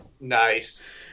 Nice